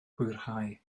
hwyrhau